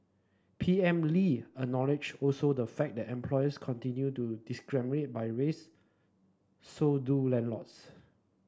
P M Lee acknowledged also the fact that employers continue to discriminate by race so do landlords